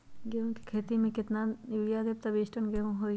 गेंहू क खेती म केतना यूरिया देब त बिस टन गेहूं होई?